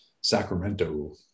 Sacramento